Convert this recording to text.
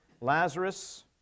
Lazarus